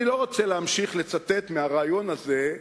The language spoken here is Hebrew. אני לא רוצה להמשיך לצטט מהריאיון הזה,